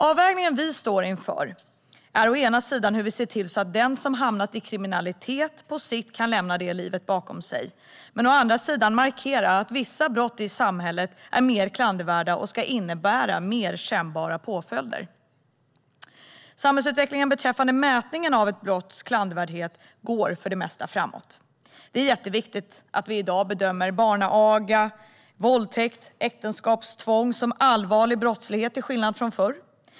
Avvägningen vi står inför är hur vi å ena sidan ser till att den som har hamnat i kriminalitet på sikt kan lämna det livet bakom sig, å andra sidan markerar att vissa brott i samhället är mer klandervärda och ska innebära mer kännbara påföljder. Samhällsutvecklingen beträffande mätningen av ett brotts klandervärdhet går för det mesta framåt. Det är viktigt att vi i dag bedömer barnaga, våldtäkt och äktenskapstvång som allvarlig brottslighet, till skillnad från förr.